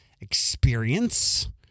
experience